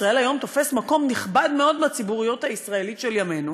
"ישראל היום" תופס מקום נכבד מאוד בציבוריות הישראלית של ימינו,